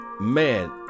man